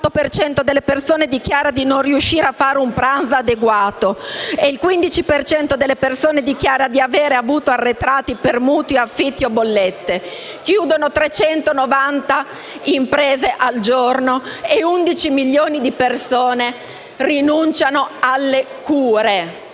cento delle persone dichiara di non riuscire a fare un pranzo adeguato e il 15 per cento delle persone dichiara di avere avuto arretrati per mutui, affitti o bollette. Chiudono 390 imprese al giorno e 11 milioni di persone rinunciano alle cure